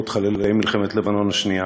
משפחות חללי מלחמת לבנון השנייה,